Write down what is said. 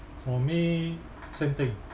for me same thing